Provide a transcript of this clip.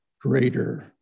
greater